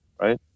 right